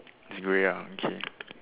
it's grey ah okay